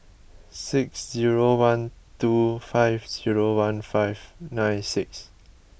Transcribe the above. six zero one two five zero one five nine six